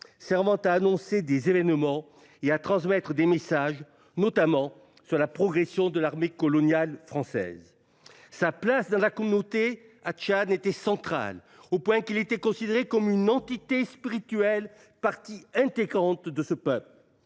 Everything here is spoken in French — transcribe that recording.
servant à annoncer des événements et à transmettre des messages, notamment sur la progression de l'armée coloniale française. Sa place dans la communauté à Tchad était centrale, au point qu'il était considéré comme une entité spirituelle partie intégrante de ce peuple.